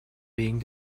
being